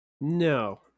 no